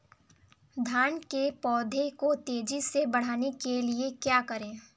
धान के पौधे को तेजी से बढ़ाने के लिए क्या करें?